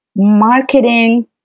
Marketing